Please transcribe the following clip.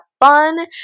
fun